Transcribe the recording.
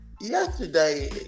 Yesterday